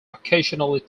occasionally